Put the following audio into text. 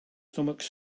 stomach